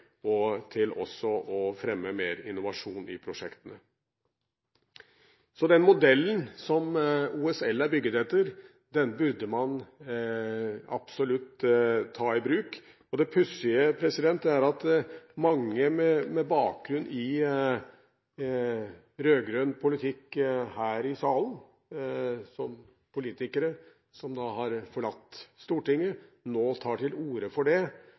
og til å fremme mer innovasjon i prosjektene. Så den modellen som OSL er bygd etter, burde man absolutt ta i bruk. Det pussige er at mange med bakgrunn i rød-grønn politikk her i salen, politikere som har forlatt Stortinget, nå tar til orde for det,